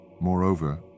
moreover